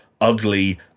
ugly